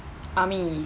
army